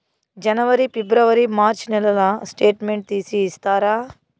జనవరి, ఫిబ్రవరి, మార్చ్ నెలల స్టేట్మెంట్ తీసి ఇస్తారా?